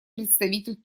представитель